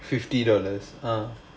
fifty dollars uh